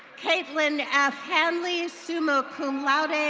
kaitlyn f hanley, summa cum laude,